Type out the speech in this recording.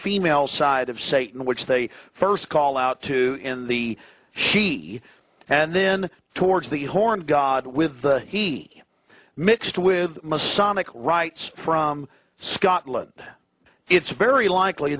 female side of satan which they first call out to in the she and then towards the horn god with the he mixed with masonic rights from scotland it's very likely